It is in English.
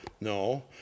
no